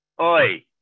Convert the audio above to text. Oi